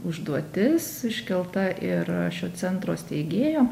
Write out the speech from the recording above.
užduotis iškelta ir šio centro steigėjo